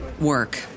work